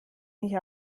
mich